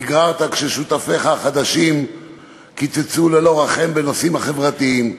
נגררת כששותפיך החדשים קיצצו וללא רחם בנושאים החברתיים,